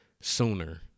sooner